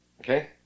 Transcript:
okay